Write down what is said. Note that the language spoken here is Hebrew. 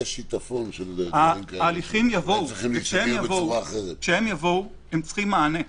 ההליכים יבואו, וכשהם יבואו,